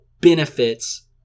benefits